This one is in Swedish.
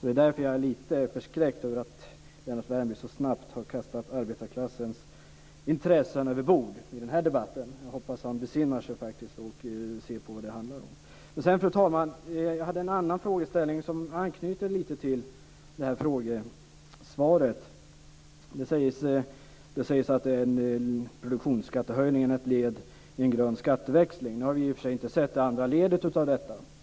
Därför blir jag lite förskräckt över att Lennart Värmby så snabbt har kastat arbetarklassens intressen överbord i denna debatt. Jag hoppas att han besinnar sig och ser på vad det handlar om. Sedan, fru talman, har jag en annan fråga som anknyter lite till interpellationssvaret. Det sägs att produktionsskattehöjningen är ett led i en grön skatteväxling. Nu har vi i och för sig inte sett det andra ledet av denna.